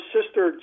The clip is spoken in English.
Sister